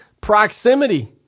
proximity